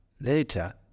later